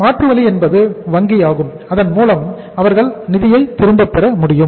மாற்றுவழி என்பது வங்கியாகும் அதன்மூலம் அவர்கள் நிதியை திரும்ப முடியும்